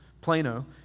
Plano